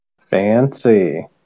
Fancy